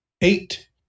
eight